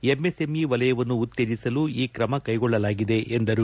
MSME ವಲಯವನ್ನು ಉತ್ತೇಜಿಸಲು ಈ ಕ್ರಮ ಕೈಗೊಳ್ಳಲಾಗಿದೆ ಎಂದರು